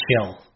chill